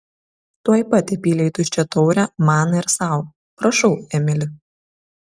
tuoj pat įpylė į tuščią taurę man ir sau prašau emili